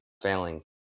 failing